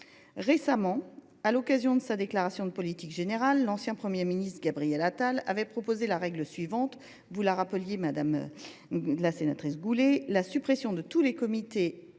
Récemment, à l’occasion de sa déclaration de politique générale, l’ancien Premier ministre Gabriel Attal a proposé la règle suivante, que vous avez rappelée, madame Goulet : la suppression de « tous les organes,